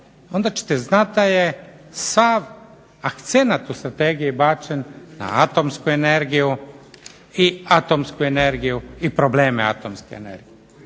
onda ćete znati da je sav akcenat u strategiji bačen na atomsku energiju i probleme atomske energije.